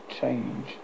change